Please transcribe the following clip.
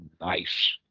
nice